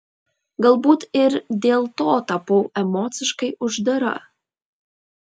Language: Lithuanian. galbūt ir dėl to tapau emociškai uždara